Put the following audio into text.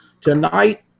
Tonight